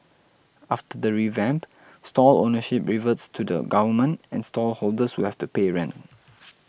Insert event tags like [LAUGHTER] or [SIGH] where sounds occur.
after the revamp stall ownership reverts to the Government and stall holders will have to pay rent [NOISE]